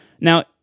Now